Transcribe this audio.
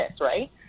right